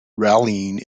rallying